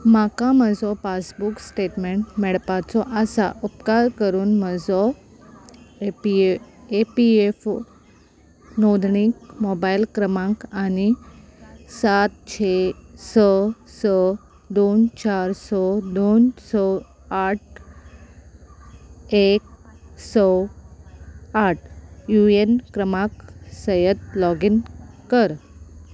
म्हाका म्हजो passbook statement मेळपाचो आसा उपकार करून म्हजो A P A P F O नोंदणीकृत मोबायल क्रमांक आनी सात स स स दोन चार स दोन स आठ एक स आठ यु ए एन क्रमांक सयत लॉगीन कर